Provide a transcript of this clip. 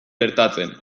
gertatzen